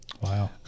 Wow